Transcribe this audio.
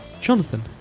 Jonathan